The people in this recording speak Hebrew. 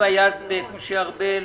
היבה יזבק, משה ארבל,